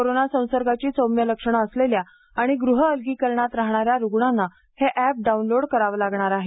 corona संसर्गाची सौम्य लक्षणे असलेल्या आणि गृहअलगीकरणात राहाणाऱ्या रूग्णांना हे अँप डाऊनलोड करावे लागणार आहे